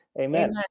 Amen